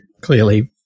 clearly